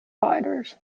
fighters